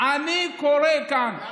בגלל